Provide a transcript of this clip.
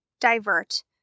divert